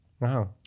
Wow